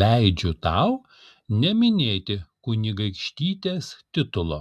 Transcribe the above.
leidžiu tau neminėti kunigaikštytės titulo